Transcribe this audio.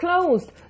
closed